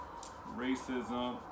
racism